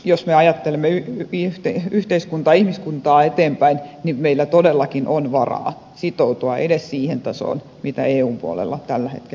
jos me ajattelemme yhteiskuntaa ihmiskuntaa eteenpäin niin meillä todellakin on varaa sitoutua edes siihen tasoon mitä eun puolella tällä hetkellä on sovittu